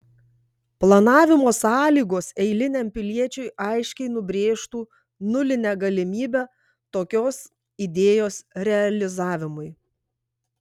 planavimo sąlygos eiliniam piliečiui aiškiai nubrėžtų nulinę galimybę tokios idėjos realizavimui